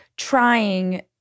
trying